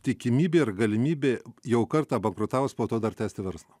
tikimybė ir galimybė jau kartą bankrutavus po to dar tęsti verslą